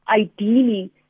ideally